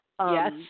Yes